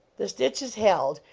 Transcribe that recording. the stitches held,